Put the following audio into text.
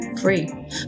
free